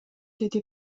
деди